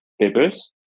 papers